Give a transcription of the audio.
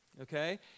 okay